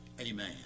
amen